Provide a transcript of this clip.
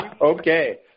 Okay